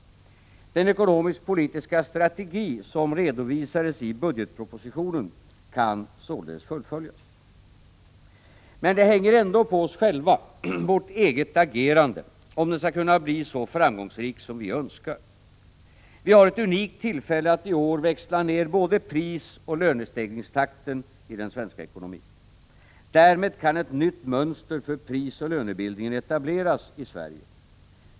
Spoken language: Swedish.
Den ekonomiskpolitiska strategi som redovisades i budgetpropositionen kan således fullföljas. Men det hänger ändå på oss själva, på vårt eget agerande, om strategin skall bli så framgångsrik som vi önskar. Vi har ett unikt tillfälle att i år växla ner både prisoch lönestegringstakten i den svenska ekonomin. Därmed kan ett nytt mönster för prisoch lönebildningen etableras i Sverige.